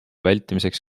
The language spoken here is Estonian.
vältimiseks